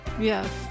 Yes